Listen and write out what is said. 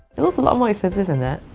it looks a lot more expensive than that?